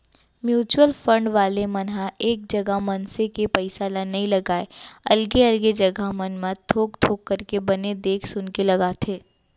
mutual fund वाले मन ह एक जगा मनसे के पइसा ल नइ लगाय अलगे अलगे जघा मन म थोक थोक करके बने देख सुनके लगाथे